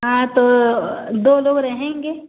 हाँ तो दो लोग रहेंगे